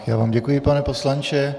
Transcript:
Já vám děkuji, pane poslanče.